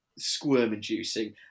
squirm-inducing